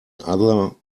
other